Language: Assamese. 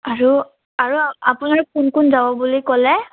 আৰু আৰু আপোনালোক কোন কোন যাব বুলি ক'লে